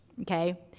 Okay